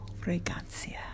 fragancia